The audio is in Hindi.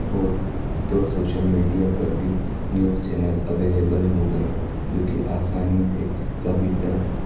और अब तो सोशल मीडिया पर भी न्यूज़ चैनल अवेलेबल हो गए हैं जो कि आसानी से सभी तक